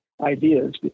ideas